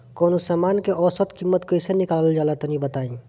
कवनो समान के औसत कीमत कैसे निकालल जा ला तनी बताई?